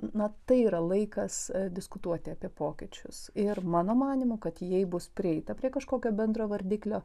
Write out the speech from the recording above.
na tai yra laikas diskutuoti apie pokyčius ir mano manymu kad jei bus prieita prie kažkokio bendro vardiklio